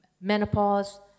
menopause